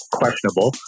questionable